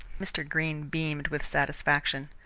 mr. greene beamed with satisfaction.